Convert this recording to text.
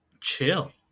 chill